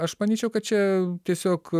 aš manyčiau kad čia tiesiog